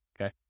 Okay